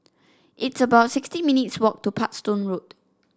it's about sixty minutes walk to Parkstone Road